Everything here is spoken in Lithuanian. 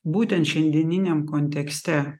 būtent šiandieniniam kontekste